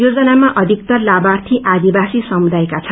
योजनामा अथिकतर लामार्थी आदिवासी समुदायका छन्